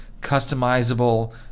customizable